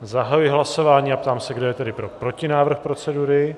Zahajuji hlasování a ptám se, kdo je pro protinávrh procedury.